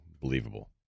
believable